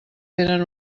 tenen